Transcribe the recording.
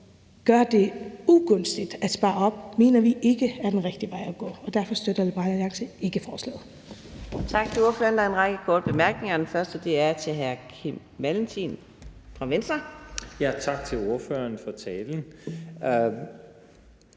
gør det ugunstigt at spare op, mener vi ikke er den rigtige vej at gå, og derfor støtter Liberal Alliance ikke forslaget.